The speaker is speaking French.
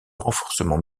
renforcement